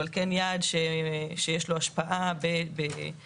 אבל כן יעד שיש לו השפעה בתכנון,